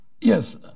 Yes